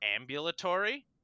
ambulatory